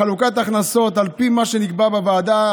של חלוקת הכנסות על פי מה שנקבע בוועדה.